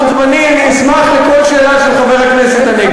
אני אשמח לכל שאלה של חבר הכנסת הנגבי.